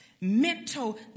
mental